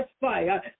fire